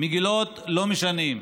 מגילות לא משנים.